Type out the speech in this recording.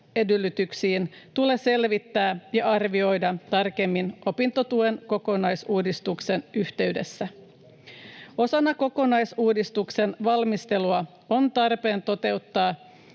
edellytyksiin tulee selvittää ja arvioida tarkemmin opintotuen kokonaisuudistuksen yhteydessä. Osana kokonaisuudistuksen valmistelua on tarpeen toteuttaa